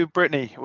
Britney